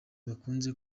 bakunze